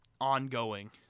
ongoing